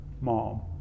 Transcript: Mom